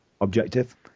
objective